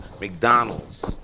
McDonald's